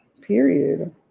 period